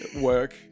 work